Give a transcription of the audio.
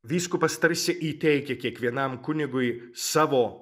vyskupas tarsi įteikia kiekvienam kunigui savo